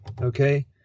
Okay